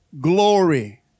glory